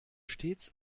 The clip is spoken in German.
stets